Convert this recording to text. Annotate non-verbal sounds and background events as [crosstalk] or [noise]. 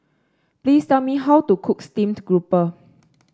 please tell me how to cook Steamed Grouper [noise]